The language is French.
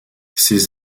ses